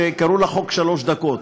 שקראו לה "חוק שלוש דקות".